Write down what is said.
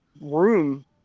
room